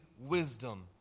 wisdom